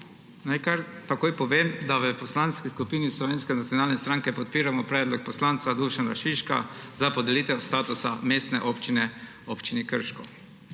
Naj kar takoj povem, da v Poslanski skupini Slovenske nacionalne stranke podpiramo predlog poslanca Dušana Šiška za podelitev statusa mestne občine občini Krško.